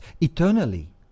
eternally